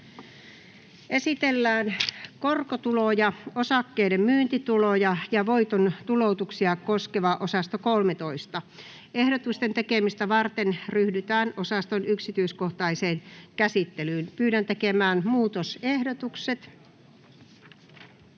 Esitellään korkotuloja, osakkeiden myyntituloja ja voiton tuloutuksia koskeva osasto 13. Nyt ryhdytään osaston yksityiskohtaiseen käsittelyyn. Esitellään lainoja koskeva